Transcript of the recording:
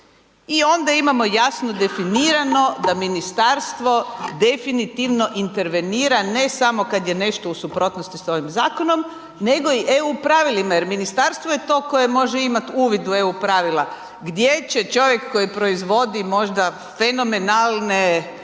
I onda imamo jasno definirano da ministarstvo definitivno intervenira ne samo kad je nešto u suprotnosti sa ovim zakonom, nego i EU pravilima, jer ministarstvo je to koje može imati uvid u EU pravila. Gdje će čovjek koji proizvodi možda fenomenalne